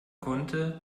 konnte